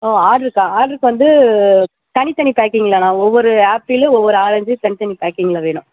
ஓ ஆர்ட்ருக்கா ஆர்ட்ருக்கு வந்து தனி தனி பேக்கிங் இல்லைண்ணா ஒவ்வொரு ஆப்பிளு ஒவ்வொரு ஆரஞ்சு தனி தனி பேக்கிங்கில் வேணும்